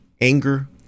anger